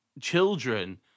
children